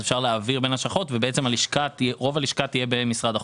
אפשר להעביר בין הלשכות ובעצם רוב הלשכה תהיה במשרד החוץ.